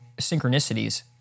synchronicities